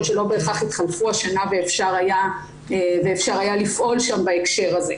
שלא בהכרח התחלפו השנה ואפשר היה לפעול שם בהקשר הזה.